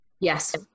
yes